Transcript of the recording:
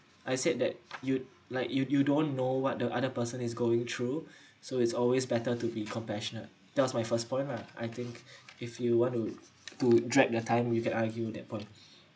I said that you'd like you you don't know what the other person is going through so it's always better to be compassionate that was my first point lah I think if you want to to drag the time you can argue that point